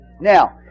Now